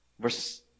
Verse